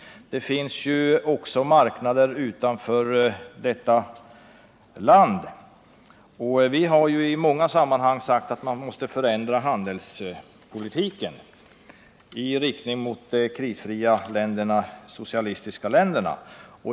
Det finns ju också marknader utanför vårt land. Vi har i många sammanhang sagt att man måste förändra handelspolitiken i riktning mot de krisfria, socialistiska länderna.